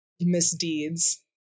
Misdeeds